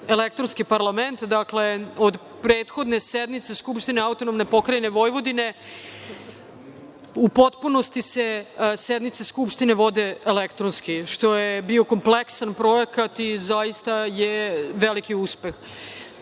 elektronski parlament. Dakle, od prethodne sednice Skupštine AP Vojvodine, u potpunosti se sednice Skupštine vode elektronski, što je bio kompleksan projekat i zaista je veliki uspeh. Pored